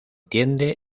tiende